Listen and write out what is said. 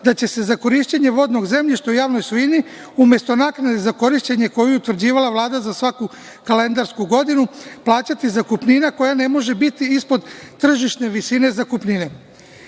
da će se za korišćenje vodnog zemljišta u javnoj svojini, umesto naknade za korišćenje koju je utvrđivala Vlada za svaku kalendarsku godinu, plaćati zakupnina koja ne može biti ispod tržišne visine zakupnine. Pošto